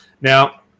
Now